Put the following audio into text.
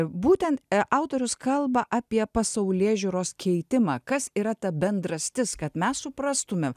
būtent autorius kalba apie pasaulėžiūros keitimą kas yra ta bendrastis kad mes suprastumem